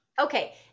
Okay